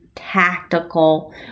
tactical